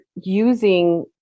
using